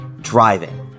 driving